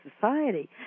society